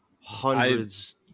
hundreds